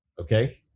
Okay